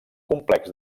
complex